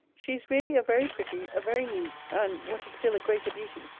she is really a very pretty, a very neat, and, what is still a greater beauty,